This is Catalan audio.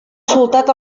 soltat